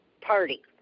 party